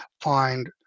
find